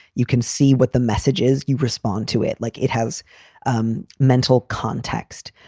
you can see what the message is. you respond to it like it has um mental context,